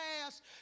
past